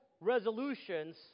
resolutions